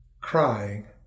crying